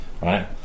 right